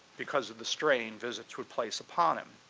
because of the strain visits would place upon him,